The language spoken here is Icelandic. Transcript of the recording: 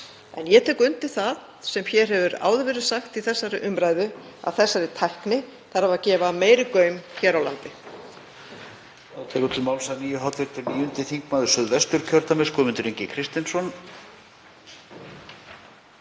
En ég tek undir það sem hér hefur áður verið sagt í þessari umræðu, að þessari tækni þurfi að gefa meiri gaum hér á landi.